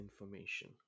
information